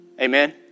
Amen